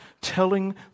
telling